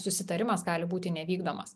susitarimas gali būti nevykdomas